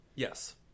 Yes